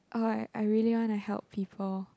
oh I I really want to help people